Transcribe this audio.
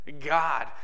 God